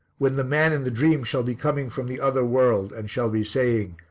when the man in the dream shall be coming from the other world and shall be saying,